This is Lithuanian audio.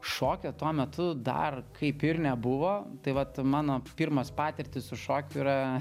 šokio tuo metu dar kaip ir nebuvo tai vat mano pirmos patirtys su šokiu yra